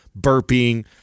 burping